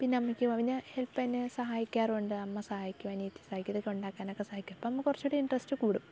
പിന്നെ അമ്മയ്ക്കും പിന്നെ ഇപ്പം എന്നെ സഹായിക്കാറുമുണ്ട് അമ്മ സഹായിക്കും അനിയത്തി സഹായിക്കും ഇതൊക്കെ ഉണ്ടാക്കാനൊക്കെ സഹായിക്കും അപ്പം ആവുമ്പോൾ കുറച്ചുകൂടെ ഇൻട്രസ്റ്റ് കൂടും